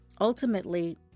ultimately